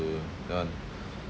~o earn